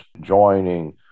joining